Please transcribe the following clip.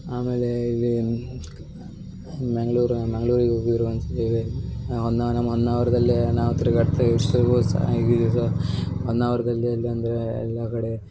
ಆಮೇಲೆ ಇಲ್ಲಿ ಮ್ಯಾಂಗ್ಳೂರು ಮಂಗ್ಳೂರಿಗೆ ಹೋಗಿರೋವಂಥದ್ದು ಇಲ್ಲಿ ಹೊನ್ನಾವರ ಹೊನ್ನಾವರದಲ್ಲಿ ನಾವು ತಿರ್ಗಾಡ್ತಾ ಹೊನ್ನಾವರ್ದಲ್ಲಿ ಎಲ್ಲಿ ಅಂದರೆ ಎಲ್ಲ ಕಡೆ